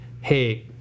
hey